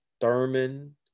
Thurman